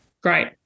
great